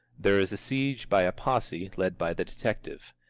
there is a siege by a posse, led by the detective.